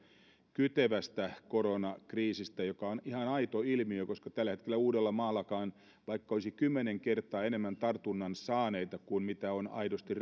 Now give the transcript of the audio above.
kytevästä koronakriisistä joka on ihan aito ilmiö koska tällä hetkellä uudellamaallakin on se tilanne että vaikka olisi kymmenen kertaa enemmän tartunnan saaneita kuin mitä on aidosti